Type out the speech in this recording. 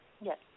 Yes